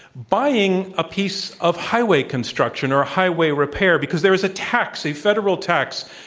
buying a piece of highway construction or highway repair because there is a tax, a federal tax,